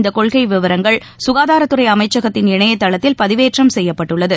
இந்தக்கொள்கைவிவரங்கள் இதையடுத்து குகாதாரத்துறைஅமைச்சகத்தின் இணையதளத்தில் பதிவேற்றம் செய்யப்பட்டுள்ளது